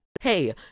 Hey